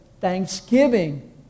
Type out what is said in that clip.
thanksgiving